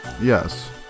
Yes